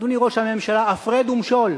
אדוני ראש הממשלה, הפרד ומשול,